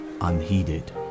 unheeded